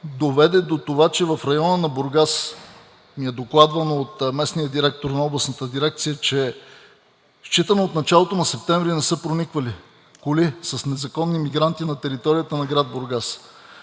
доведе до това, че в района на Бургас ни е докладвано от местния директор на Областната дирекция, че считано от началото на септември не са прониквали коли с незаконни емигранти на територията на град Бургас.